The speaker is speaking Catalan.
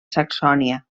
saxònia